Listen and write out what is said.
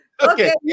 okay